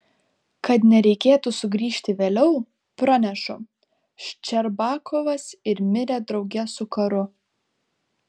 kad nereikėtų sugrįžti vėliau pranešu ščerbakovas ir mirė drauge su karu